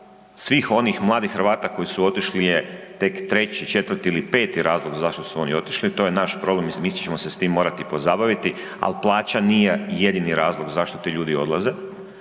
svih onih mladih Hrvata koji su otišli je tek 3, 4 ili 5 razlog zašto su oni otišli, to je naš problem i mi ćemo se s tim morati pozabaviti, ali plaća nije jedini razlog zašto ti ljudi odlaze.